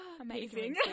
Amazing